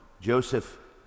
Joseph